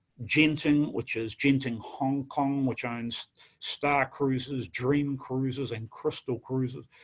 genting, which is genting hong kong, which owns star cruises, dream cruises, and crystal cruises.